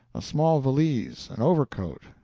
a small valise, an overcoat,